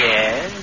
Yes